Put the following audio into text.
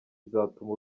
izatuma